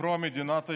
בספרו "מדינת היהודים"